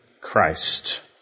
Christ